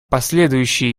последующие